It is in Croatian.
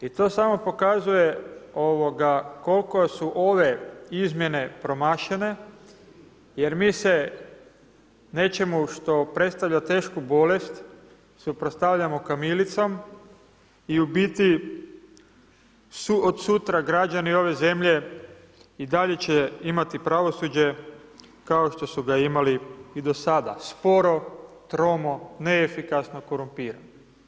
I to samo pokazuje koliko su ove izmjene promašene jer mi se nečemu što predstavlja tešku bolest suprotstavljamo kamilicom i u biti su od sutra građani ove zemlje i dalje će imati pravosuđe kao što su ga imali i do sada, sporo, tromo, neefikasno, korumpirano.